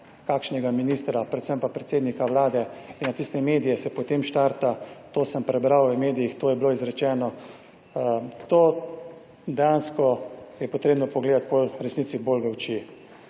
kakšnega ministra, predvsem pa predsednika Vlade, in na tiste medije se potem štarta, to sem prebral v medijih, to je bilo izrečeno, to dejansko je potrebno pogledati pol v resnici bolj v oči.